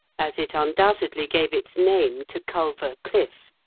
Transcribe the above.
as it undoubtedly gave its name to culver cliff,